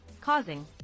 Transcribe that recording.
causing